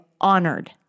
honored